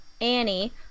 Annie